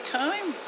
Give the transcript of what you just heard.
time